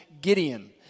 Gideon